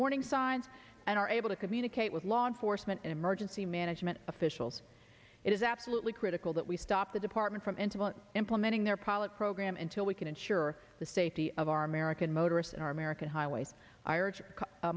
warning signs and are able to communicate with law enforcement emergency management officials it is absolutely critical that we stop the department fermentable implementing their product program until we can ensure the safety of our american motorists and our american highways i